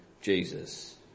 Jesus